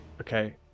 Okay